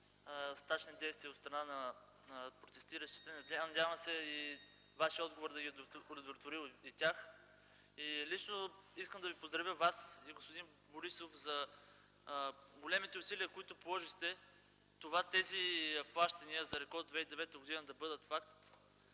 стачни действия от страна на протестиращите. Надявам се Вашият отговор да е удовлетворил и тях. Искам да поздравя Вас и господин Борисов за големите усилия, които положихте, плащанията за реколта 2009 г. да бъдат факт.